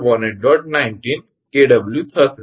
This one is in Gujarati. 19 𝑘𝑊 થશે